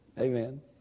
Amen